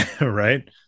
right